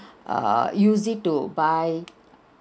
err use it to buy